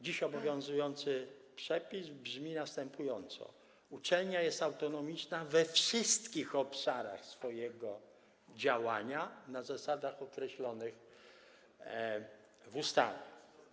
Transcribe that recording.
Dziś obowiązujący przepis brzmi następująco: „Uczelnia jest autonomiczna we wszystkich obszarach swojego działania na zasadach określonych w ustawie”